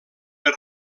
per